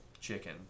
chicken